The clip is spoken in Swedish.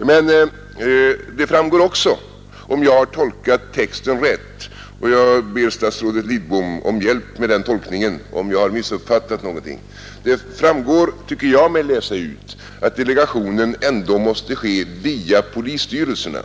Men det framgår också, om jag tolkat texten rätt — jag ber statsrådet Lidbom om hjälp med tolkningen om jag missuppfattat någonting — att delegationen ändå måste ske via polisstyrelserna.